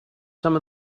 some